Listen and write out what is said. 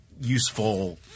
useful